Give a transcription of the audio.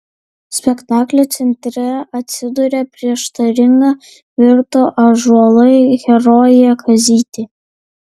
spektaklio centre atsiduria prieštaringa virto ąžuolai herojė kazytė